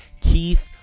Keith